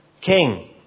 king